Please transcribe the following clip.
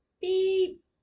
beep